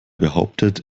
behauptet